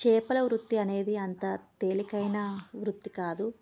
చేపల వృత్తి అనేది అంత తేలికైనా వృత్తి కాదు